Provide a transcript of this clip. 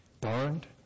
burned